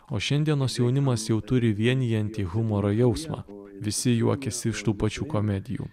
o šiandienos jaunimas jau turi vienijantį humoro jausmą visi juokiasi iš tų pačių komedijų